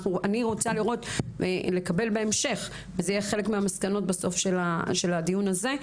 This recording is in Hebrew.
אני רוצה לקבל בהמשך את הנתונים וזה יהיה חלק ממסקנות הדיון הזה,